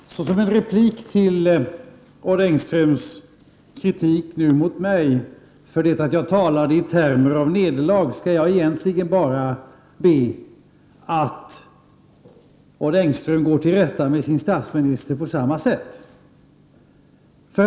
Fru talman! Såsom en replik till Odd Engströms kritik mot mig för att jag talade i termer av nederlag skall jag be att Odd Engström går till rätta med statsministern på samma sätt.